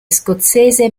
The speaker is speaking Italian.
scozzese